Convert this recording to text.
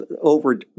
over